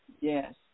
Yes